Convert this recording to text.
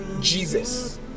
Jesus